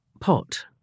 pot